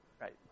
right